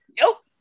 nope